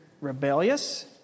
rebellious